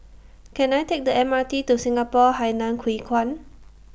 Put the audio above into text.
Can I Take The M R T to Singapore Hainan Hwee Kuan